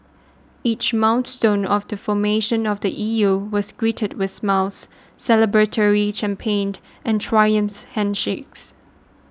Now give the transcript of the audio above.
each milestone of the formation of the E U was greeted with smiles celebratory champagne and triumphant handshakes